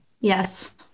yes